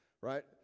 right